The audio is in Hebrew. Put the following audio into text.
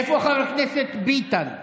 איפה חבר הכנסת ביטן?